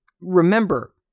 remember